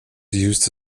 used